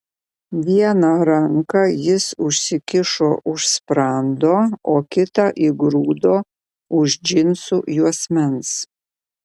vieną ranką jis užsikišo už sprando o kitą įgrūdo už džinsų juosmens